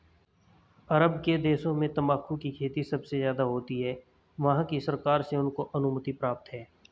अरब के देशों में तंबाकू की खेती सबसे ज्यादा होती है वहाँ की सरकार से उनको अनुमति प्राप्त है